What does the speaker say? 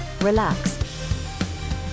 relax